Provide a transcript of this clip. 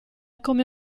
come